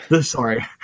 Sorry